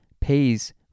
pays